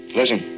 Listen